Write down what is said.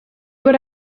what